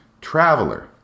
traveler